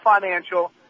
Financial